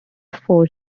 four